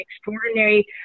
extraordinary